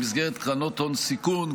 במסגרת קרנות הון סיכון,